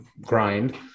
grind